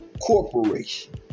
Corporation